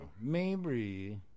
Mabry